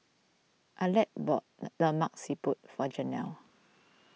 Alek bought Lemak Siput for Janell